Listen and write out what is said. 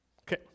Okay